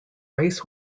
race